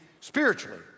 spiritually